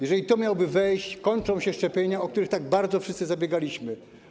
Jeżeli to miałoby wejść, skończyłyby się szczepienia, o które tak bardzo wszyscy zabiegaliśmy.